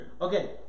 Okay